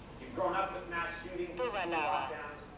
you've grown up with mass shootings and school lockdowns,